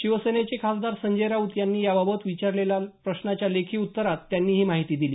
शिवसेनेचे खासदार संजय राऊत यांनी याबाबत विचारलेल्या प्रश्नाच्या लेखी उत्तरात त्यांनी ही माहिती दिली